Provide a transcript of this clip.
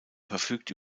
verfügt